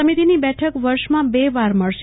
સમિતિની બેઠક વર્ષમાં બે વાર મળશે